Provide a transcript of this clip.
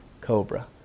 Cobra